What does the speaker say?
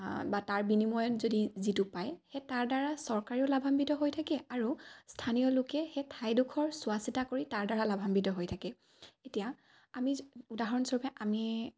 বা তাৰ বিনিময়ত যদি যিটো পায় সেই তাৰদ্বাৰা চৰকাৰেও লাভান্বিত হৈ থাকে আৰু স্থানীয় লোকে সেই ঠাইডোখৰ চোৱা চিতা কৰি তাৰদ্বাৰা লাভাম্বিত হৈ থাকে এতিয়া আমি উদাহৰণস্বৰূপে আমি